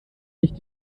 nicht